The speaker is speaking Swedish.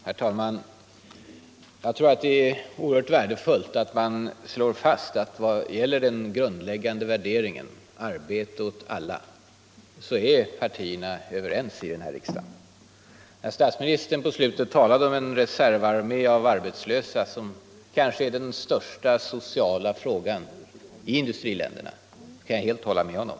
Herr talman! Jag tror att det är oerhört värdefullt att man slår fast att vad gäller den grundläggande värderingen — arbete åt alla — är partierna överens i den här riksdagen. När statsministern på slutet talade om en reservarmé av arbetslösa, som kanske utgör den största sociala frågan i industriländerna, så kan jag helt hålla med honom.